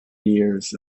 years